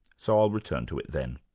so i'll return to it then.